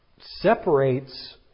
separates